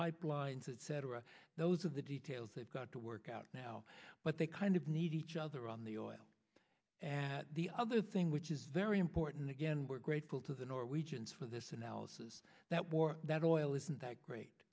pipeline to cetera those are the details they've got to work out now but they kind of need each other on the oil and the other thing which is very important again we're grateful to the norwegians for this analysis that war that oil isn't that great